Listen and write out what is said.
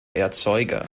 erzeuger